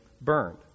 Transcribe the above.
burned